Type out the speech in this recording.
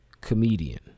comedian